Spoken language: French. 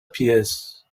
pièce